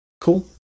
cool